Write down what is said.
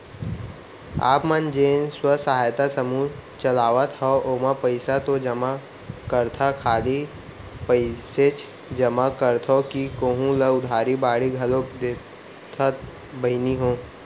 आप मन जेन स्व सहायता समूह चलात हंव ओमा पइसा तो जमा करथा खाली पइसेच जमा करथा कि कोहूँ ल उधारी बाड़ी घलोक देथा बहिनी हो?